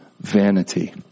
vanity